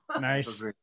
nice